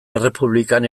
errepublikan